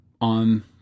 on